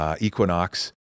Equinox